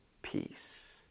Peace